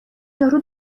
یارو